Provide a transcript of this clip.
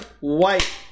white